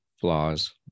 flaws